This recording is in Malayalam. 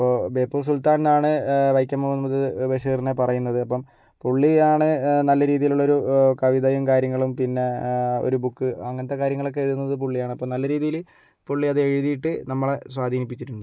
അപ്പോൾ ബേപ്പൂർ സുൽത്താന് എന്നാണ് വൈക്കം മുഹമ്മദ് ബഷീറിനെ പറയുന്നത് അപ്പം പുള്ളിയാണ് നല്ല രീതിയിലുള്ള ഒരു കവിതയും കാര്യങ്ങളും പിന്നെ ഒരു ബുക്ക് അങ്ങനത്തെ കാര്യങ്ങളൊക്കെ എഴുതുന്നത് പുള്ളിയാണ് അപ്പം നല്ല രീതിയില് പുള്ളി അത് എഴുതിയിട്ട് നമ്മളെ സ്വാധീനിപ്പിച്ചിട്ടുണ്ട്